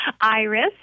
Iris